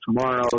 tomorrow